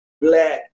Black